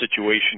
situation